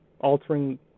altering